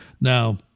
Now